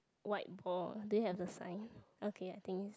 white ball they have the sign okay I think